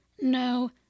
No